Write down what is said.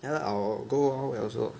ya lah I will go wild wild wet also